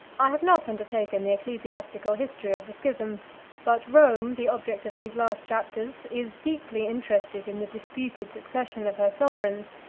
i have not undertaken the ecclesiastical history of the schism but rome, the object of these last chapters, is deeply interested in the disputed succession of her sovereigns.